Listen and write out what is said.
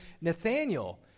Nathaniel